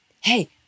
Hey